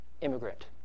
Immigrant